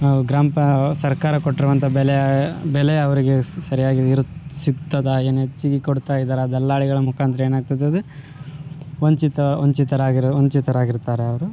ನಾವು ಗ್ರಾಂಪ ಸರ್ಕಾರ ಕೊಟ್ಟಿರೊಂತಹ ಬೆಲೆ ಬೆಲೆ ಅವರಿಗೆ ಸರಿಯಾಗಿ ಇದು ಸಿಗ್ತದ ಏನು ಹೆಚ್ಚಿಗೆ ಕೊಡುತ್ತ ಇದ್ದಾರ ದಲ್ಲಾಳಿಗಳ ಮುಖಾಂತರ ಏನಾಗ್ತತದು ವಂಚಿತ ವಂಚಿತರಾಗಿರು ವಂಚಿತರಾಗಿರ್ತಾರೆ ಅವರು